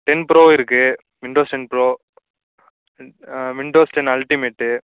ten pro இருக்குது Windows ten pro Windows ten ultimate